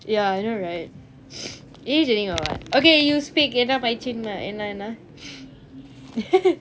ya I know right irritating or what okay you speak என்ன பேச்சி என்ன என்ன :enna peachi enna enna